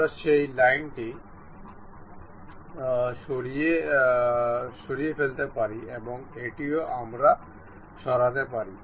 আমরা সেই লাইনটি সরাতে পারি এবং এটিও আমরা সরাতে পারি